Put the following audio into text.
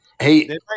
Hey